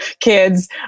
kids